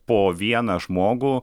po vieną žmogų